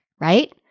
right